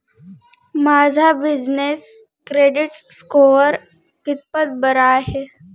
माझा business credit score कितपत बरा आहे?